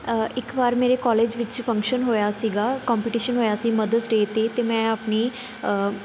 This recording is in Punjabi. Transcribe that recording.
ਇੱਕ ਵਾਰ ਮੇਰੇ ਕੋਲੇਜ ਵਿੱਚ ਫੰਕਸ਼ਨ ਹੋਇਆ ਸੀਗਾ ਕੰਪਟੀਸ਼ਨ ਹੋਇਆ ਸੀ ਮਦਰਸ ਡੇਅ 'ਤੇ ਅਤੇ ਮੈਂ ਆਪਣੀ